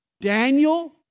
Daniel